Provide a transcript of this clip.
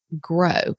grow